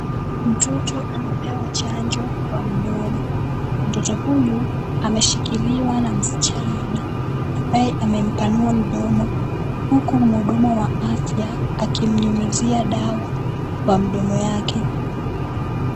Mtoto anapewa chanjo kwa mdomo. Mtoto huyu ameshikiliwa na msichana ambaye amempanua mdomo, huku muhuduma wa afya akimnyunyizia dawa kwa mdomo yake.